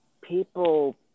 people